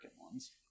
ones